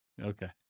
Okay